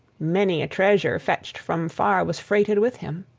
many a treasure fetched from far was freighted with him.